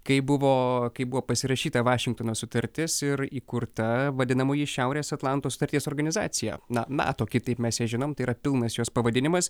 kai buvo kai buvo pasirašyta vašingtono sutartis ir įkurta vadinamoji šiaurės atlanto sutarties organizacija na nato kitaip mes ją žinom tai yra pilnas jos pavadinimas